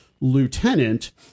lieutenant